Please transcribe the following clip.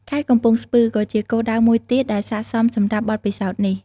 ខេត្តកំពង់ស្ពឺ ក៏ជាគោលដៅមួយទៀតដែលស័ក្តិសមសម្រាប់បទពិសោធន៍នេះ។